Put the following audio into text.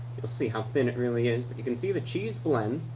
you'll see how thin it really is but you can see the cheese blend.